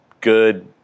good